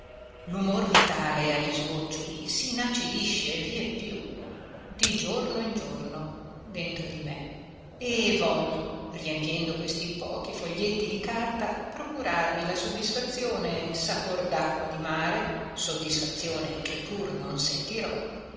l'umor vitale agli sgoccioli s'inacidisce vie più di giorno in giorno dentro di me e voglio riempiendo questi pochi foglietti di carta procurarmi la soddisfazione sapor d'acqua di mare soddisfazione